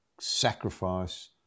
sacrifice